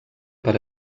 per